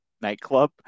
nightclub